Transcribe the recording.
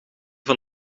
van